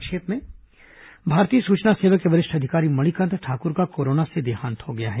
संक्षिप्त समाचार भारतीय सूचना सेवा के वरिष्ठ अधिकारी मणिकांत ठाकुर का कोरोना से देहांत हो गया है